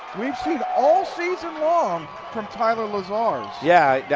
we have seen all season long from tyler lazarz. yeah,